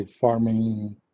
farming